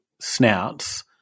snouts